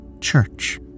church